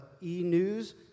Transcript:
E-News